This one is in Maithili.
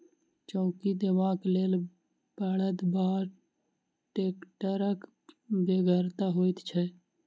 चौकी देबाक लेल बड़द वा टेक्टरक बेगरता होइत छै